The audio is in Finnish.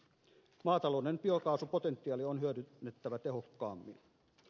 maatalouden biokaasupotentiaalia on hyödynnettävä tehokkaammin